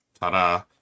Ta-da